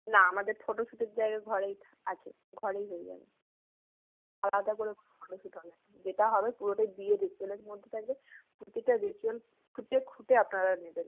না আমাদের ফটো শ্যুটের জায়গা ঘরেই আছে ঘরেই হয়ে যাবে আলাদা করে ফটো শ্যুট হবে যেটা হবে পুরোটাই বিয়ের রিচুয়ালের মধ্যে থাকবে প্রতিটা রিচুয়াল খুঁটে খুঁটে আপনারা নেবেন